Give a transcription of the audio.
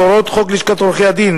והוראות חוק לשכת עורכי-הדין,